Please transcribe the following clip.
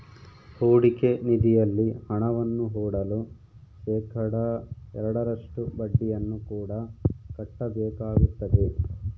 ಹೂಡಿಕೆ ನಿಧಿಯಲ್ಲಿ ಹಣವನ್ನು ಹೂಡಲು ಶೇಖಡಾ ಎರಡರಷ್ಟು ಬಡ್ಡಿಯನ್ನು ಕೂಡ ಕಟ್ಟಬೇಕಾಗುತ್ತದೆ